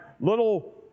little